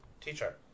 teacher